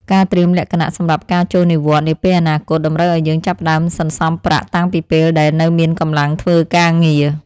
ការត្រៀមលក្ខណៈសម្រាប់ការចូលនិវត្តន៍នាពេលអនាគតតម្រូវឱ្យយើងចាប់ផ្ដើមសន្សំប្រាក់តាំងពីពេលដែលនៅមានកម្លាំងធ្វើការងារ។